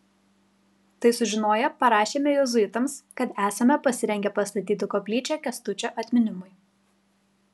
tai sužinoję parašėme jėzuitams kad esame pasirengę pastatyti koplyčią kęstučio atminimui